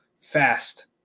fast